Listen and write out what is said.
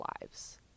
lives